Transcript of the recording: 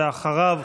ואחריו,